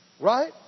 right